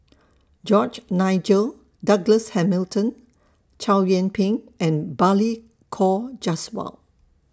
George Nigel Douglas Hamilton Chow Yian Ping and Balli Kaur Jaswal